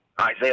Isaiah